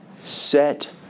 Set